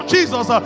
Jesus